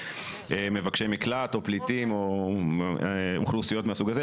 מבקשי מקלט או פליטים או אוכלוסיות מהסוג הזה.